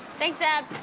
thanks, dad.